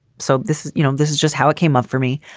so this is you know, this is just how it came off for me,